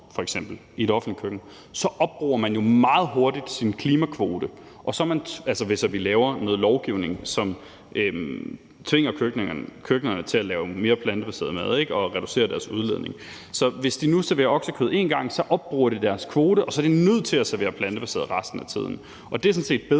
f.eks. i et offentligt køkken, opbruger man jo meget hurtigt sin klimakvote – altså hvis vi laver noget lovgivning, som tvinger køkkenerne til at lave mere plantebaseret mad og reducere deres udledning. Så hvis de nu serverer oksekød en gang om ugen, opbruger de deres kvote, og så er de nødt til at servere plantebaseret mad resten af tiden. Og det er for mig at se